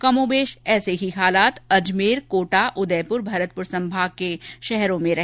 कमोबेश ऐसे ही हालात अजमेर कोटा उदयपुर भरतपुर संभोग के शहरों में रहे